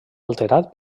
alterat